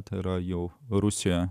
tai yra jau rusijoje